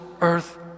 earth